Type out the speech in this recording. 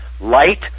light